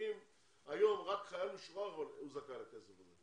היום רק חייל משוחרר זכאי לכסף הזה.